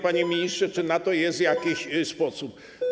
Panie ministrze, czy na to jest jakiś sposób?